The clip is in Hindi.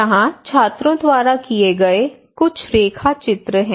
यहाँ छात्रों द्वारा किए गए कुछ रेखाचित्र हैं